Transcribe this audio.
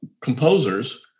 composers